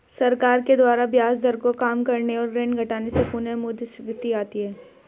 सरकार के द्वारा ब्याज दर को काम करने और ऋण घटाने से पुनःमुद्रस्फीति आती है